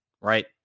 right